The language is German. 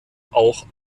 auch